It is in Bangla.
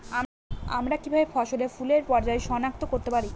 আমরা কিভাবে ফসলে ফুলের পর্যায় সনাক্ত করতে পারি?